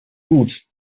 gut